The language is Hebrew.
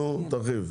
נו, תרחיב.